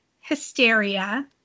hysteria